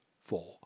four